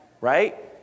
Right